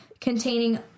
containing